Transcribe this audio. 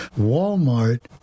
Walmart